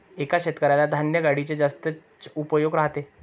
एका शेतकऱ्याला धान्य गाडीचे जास्तच उपयोग राहते